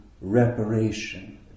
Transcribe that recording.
reparation